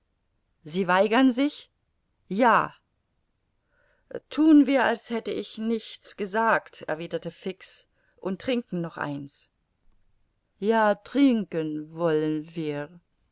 sie weigern sich ja thun wir als hätte ich nichts gesagt erwiderte fix und trinken noch eins ja trinken wollen wir